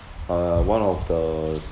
uh one of the